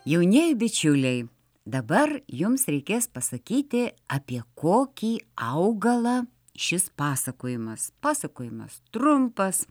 jaunieji bičiuliai dabar jums reikės pasakyti apie kokį augalą šis pasakojimas pasakojimas trumpas